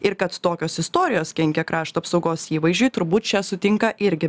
ir kad tokios istorijos kenkia krašto apsaugos įvaizdžiui turbūt čia sutinka irgi